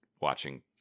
watching